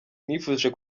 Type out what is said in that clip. nifuje